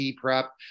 prep